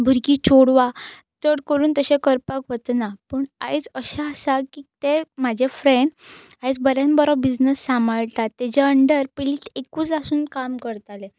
भुरगीं चोडवां चड करून तशें करपाक वचना पूण आयज अशें आसा की ते म्हाजे फ्रँड आयज बऱ्यान बरो बिझनस सांबाळटा तेजे अंडर पयलीं एकूच आसून काम करतालें